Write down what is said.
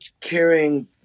carrying